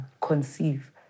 conceive